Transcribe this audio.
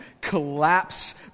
collapse